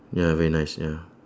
ya very nice ya